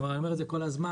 אני אומר את זה כל הזמן,